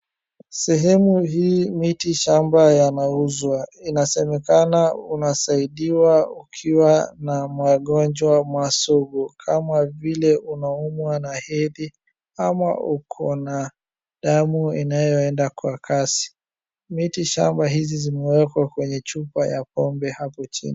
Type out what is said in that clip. Sehemu hii mitishamba yanauzwa. Inasemekana unasaidiwa ukiwa namagonjwa masugu kama vile unaumwa na hindi ama uko na damu inayoenda kwa kasi. Miti shamba hizi zimewekwa kwenye chupa ya pombe hapo chini.